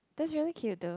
that's really cute though